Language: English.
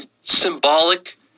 symbolic